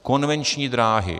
Konvenční dráhy.